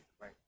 right